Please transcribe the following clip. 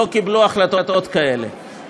לא קיבלו החלטות כאלה,